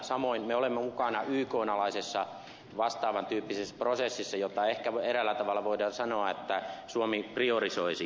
samoin me olemme mukana ykn alaisessa vastaavan tyyppisessä prosessissa jota ehkä eräällä tavalla voidaan sanoa että suomi priorisoisi